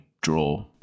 draw